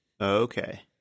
Okay